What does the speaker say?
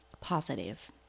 positive